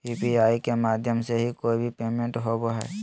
UPI के माध्यम से ही कोय भी पेमेंट होबय हय